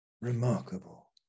remarkable